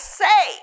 say